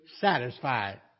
satisfied